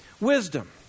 wisdom